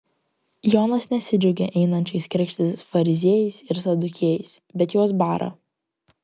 jonas nesidžiaugia einančiais krikštytis fariziejais ir sadukiejais bet juos bara